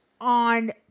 On